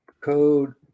Code